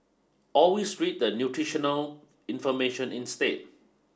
always read the nutritional information instead